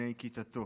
בני כיתתו: